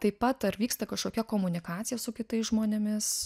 taip pat dar vyksta kažkokia komunikacija su kitais žmonėmis